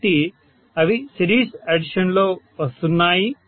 కాబట్టి అవి series addition లో వస్తున్నాయి